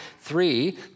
three